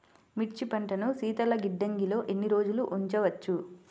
మిర్చి పంటను శీతల గిడ్డంగిలో ఎన్ని రోజులు ఉంచవచ్చు?